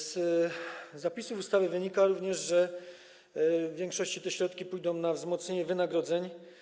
Z zapisów ustawy wynika również, że w większości te środki pójdą na zwiększenie wynagrodzeń.